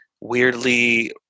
weirdly